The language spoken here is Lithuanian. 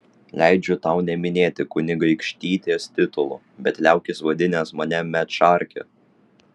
leidžiu tau neminėti kunigaikštytės titulo bet liaukis vadinęs mane medšarke